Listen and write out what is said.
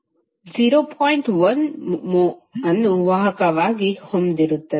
1 ಮ್ಹೋ ಅನ್ನು ವಾಹಕವಾಗಿ ಹೊಂದಿರುತ್ತದೆ